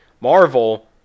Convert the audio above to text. Marvel